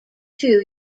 two